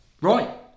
Right